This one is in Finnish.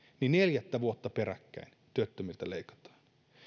neljättä vuotta peräkkäin työttömiltä leikataan